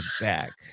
back